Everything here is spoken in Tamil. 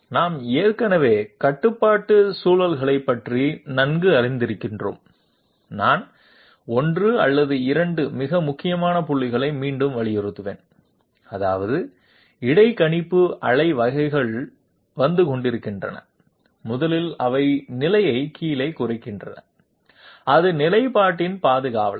நாம் ஏற்கனவே கட்டுப்பாட்டு சுழல்களை பற்றி நன்கு அறிந்திருக்கிறோம் நான் 1 அல்லது 2 மிக முக்கியமான புள்ளிகளை மீண்டும் வலியுறுத்துவேன் அதாவது இடைக்கணிப்பு அலை வகைகள் வந்து கொண்டிருக்கின்றன முதலில் அவை நிலையை கீழே குறைகின்றன அது நிலைப்பாட்டின் பாதுகாவலர்